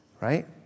Right